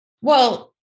Well-